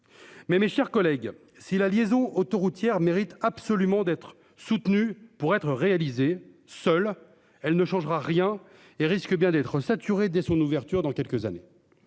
Mais mes chers collègues si la liaison autoroutière mérite absolument d'être soutenu pour être réalisé, seule elle ne changera rien et risque bien d'être saturé. Dès son ouverture dans quelques années.